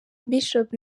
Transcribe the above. bishop